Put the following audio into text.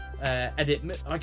edit